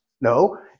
No